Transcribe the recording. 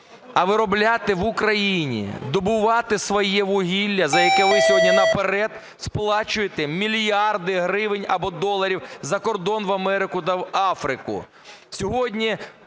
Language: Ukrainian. а виробляти в Україні, добувати своє вугілля, за яке ви сьогодні наперед сплачуєте мільярди гривень або доларів за кордон в Америку та в Африку.